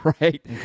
right